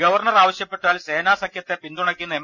governor ആവശ്യപ്പെട്ടാൽ സേനാ സഖ്യത്തെ പിന്തുണയ്ക്കുന്ന എം